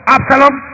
Absalom